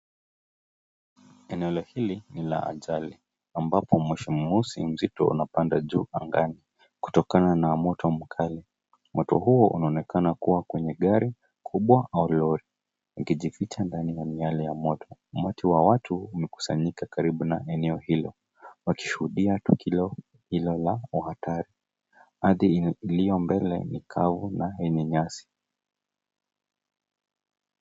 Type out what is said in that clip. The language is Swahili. Eneo hili ni la ajali ambapo moshi mzito unapanda juu angani, kutokana na moto mkali. Moto huo unaonekana kuwa kwenye gari kubwa au lori, ukijificha ndani ya miali ya moto. Umati wa watu umekusanyika karibu na eneo hilo, wakishuhudia tukio hilo la hatari. Ardhi iliyo mbele ni kavu na yenye nyasi.